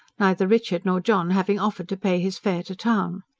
neither richard nor john having offered to pay his fare to town.